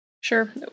Sure